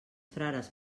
frares